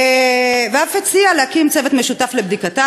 ואף הציע להקים צוות משותף לבדיקתה.